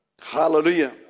Hallelujah